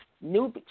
new